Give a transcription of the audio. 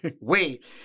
wait